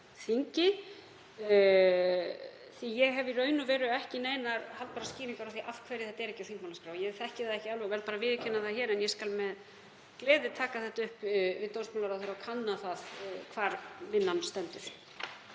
að ég hef í raun og veru engar haldbærar skýringar á af hverju þetta er ekki á þingmálaskrá. Ég þekki það ekki alveg og verð bara að viðurkenna það hér. En ég skal með gleði taka þetta upp við dómsmálaráðherra og kanna það hvar vinnan stendur.